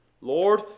Lord